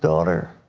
daughter,